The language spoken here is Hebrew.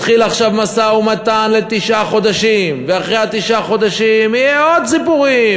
מתחיל עכשיו משא-ומתן לתשעה חודשים ואחרי תשעה חודשים יהיו עוד סיפורים.